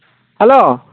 hello